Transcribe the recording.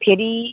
फेरि